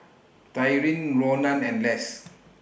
Tyrin Ronan and Less